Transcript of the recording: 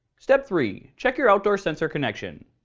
step three check your outdoor sensor connection.